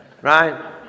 right